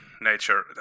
nature